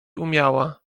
umiała